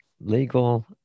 legal